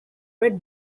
red